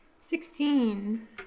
Sixteen